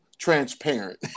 Transparent